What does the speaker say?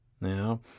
Now